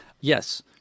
yes